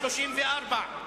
34,